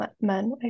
men